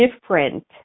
different